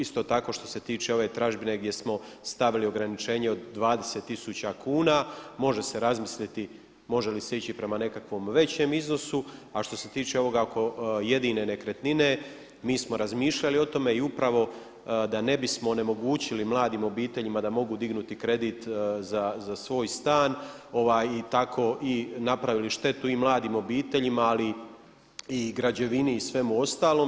Isto tako što se tiče ove tražbine gdje smo stavili ograničenje od 20 tisuća kuna može se razmisliti može li se ići prema nekakvom većem iznosu, a što se tiče ovoga oko jedine nekretnine mi smo razmišljali o tome i upravo da ne bismo onemogućili mladim obiteljima da mogu dignuti kredit za svoj stan i tako i napravili štetu i mladim obiteljima ali i građevini i svemu ostalom.